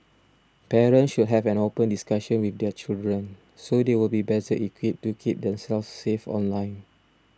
parents should have an open discussion with their children so they will be better equipped to keep themselves safe online